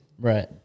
Right